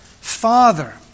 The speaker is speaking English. Father